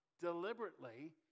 deliberately